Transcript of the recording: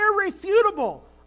Irrefutable